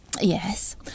Yes